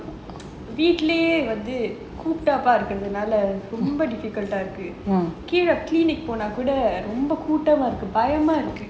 வீட்லயே வந்து கூட்டமா இருக்கறதுனால ரொம்ப:veetlaye vanthu kootama irukarathunaala romba difficult ah இருக்கு கீழே:iruku keela clinic போனாகூட ரொம்ப கூட்டமா இருக்கு பயம்மா இருக்கு:ponaa kuda romba koottamaa iruku bayamma iruku